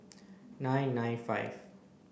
nine nine five